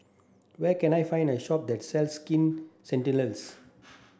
where can I find a shop that sells Skin Ceuticals